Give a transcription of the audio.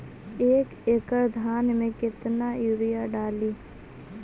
एक एकड़ धान मे कतना यूरिया डाली?